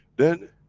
then,